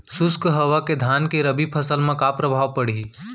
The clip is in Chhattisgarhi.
शुष्क हवा के धान के रबि फसल मा का प्रभाव पड़ही?